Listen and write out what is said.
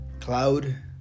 Cloud